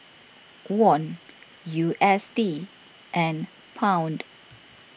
Won U S D and Pound